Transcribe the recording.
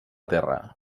terra